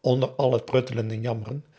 onder al het pruttelen en jammeren